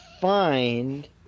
find